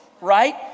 right